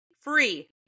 free